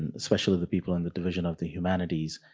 and especially the people in the division of the humanities.